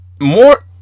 more